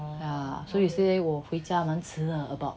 yeah so yesterday 我回家蛮迟 ah about